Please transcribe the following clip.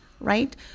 right